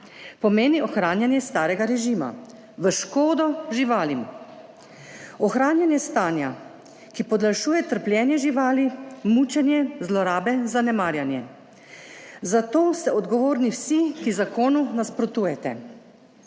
Pomeni ohranjanje starega režima v škodo živalim, ohranjanje stanja, ki podaljšuje trpljenje živali, mučenje, zlorabe, zanemarjanje. Za to ste odgovorni vsi, ki zakonu nasprotujete.